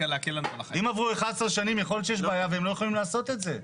אנחנו לא יכולים לעשות את זה.